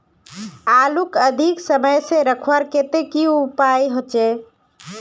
आलूक अधिक समय से रखवार केते की उपाय होचे?